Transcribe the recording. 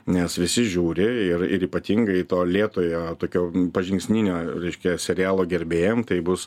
nes visi žiūri ir ir ypatingai to lėtojo tokio pažingsninio reiškia serialo gerbėjam tai bus